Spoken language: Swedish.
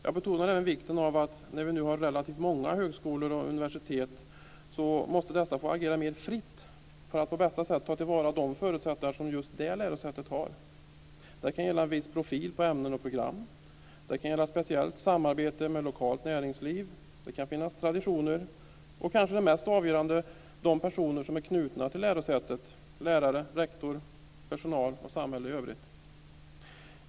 Jag betonar även vikten av att när vi nu har relativt många högskolor och universitet måste dessa få agera mer fritt för att på bästa sätt ta till vara de förutsättningar som just det lärosätet har. Det kan gälla en viss profil på ämnen och program, speciellt samarbete med lokalt näringsliv - det kan finnas traditioner - och det kanske mest avgörande, nämligen de personer som är knutna till lärosätet, lärare, rektor, personal och samhälle i övrigt.